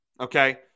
okay